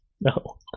No